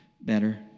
better